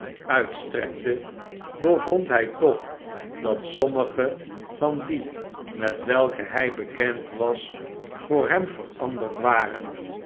uitstrekte bevond hij toch dat sommige van die met welke hi bekend was voor hem veranderd waren